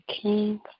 King